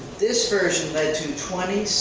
this version led to twenty